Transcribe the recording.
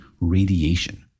radiation